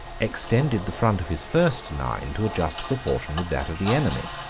extended the front of his first line to a just proportion with that of the enemy.